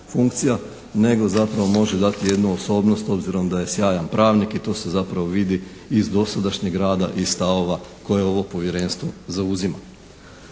funkcija, nego zapravo može dati jednu osobnost obzirom da je sjajan pravnik i to se zapravo vidi iz dosadašnjeg rada i stavova koje ovo povjerenstvo zauzima.